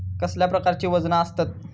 कसल्या प्रकारची वजना आसतत?